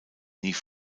nie